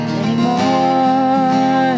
anymore